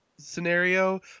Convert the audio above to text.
Scenario